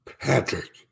patrick